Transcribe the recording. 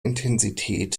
intensität